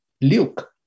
Luke